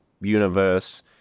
universe